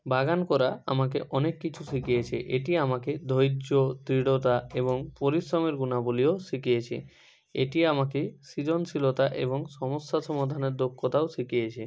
বাগান করা আমাকে অনেক কিছু শিখিয়েছে এটি আমাকে ধৈর্য দৃঢ়তা এবং পরিশ্রমের গুণাবলিও শিখিয়েছে এটি আমাকে সৃজনশীলতা এবং সমস্যা সমাধানের দক্ষতাও শিখিয়েছে